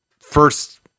first